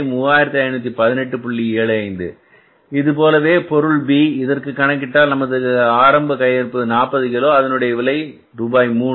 75 இதுபோலவே பொருள் பி இதற்கு கணக்கிட்டால் நமது ஆரம்ப கையிருப்பு எவ்வளவு 40 கிலோ அதனுடைய விலை ரூபாய் 3